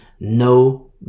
No